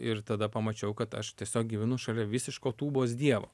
ir tada pamačiau kad aš tiesiog gyvenu šalia visiško tūbos dievo